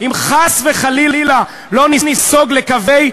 אם חס וחלילה לא ניסוג לקווי,